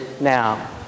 now